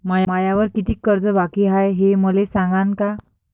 मायावर कितीक कर्ज बाकी हाय, हे मले सांगान का?